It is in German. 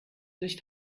durch